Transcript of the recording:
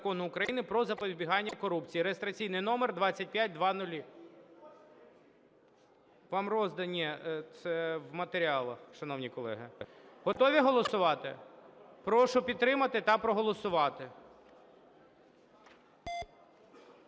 Прошу підтримати та проголосувати.